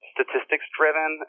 statistics-driven